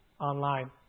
online